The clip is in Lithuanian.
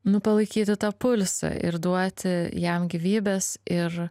nu palaikyti tą pulsą ir duoti jam gyvybės ir